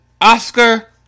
Oscar